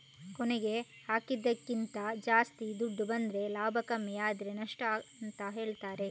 ಕೊನೆಗೆ ಹಾಕಿದ್ದಕ್ಕಿಂತ ಜಾಸ್ತಿ ದುಡ್ಡು ಬಂದ್ರೆ ಲಾಭ ಕಮ್ಮಿ ಆದ್ರೆ ನಷ್ಟ ಅಂತ ಹೇಳ್ತಾರೆ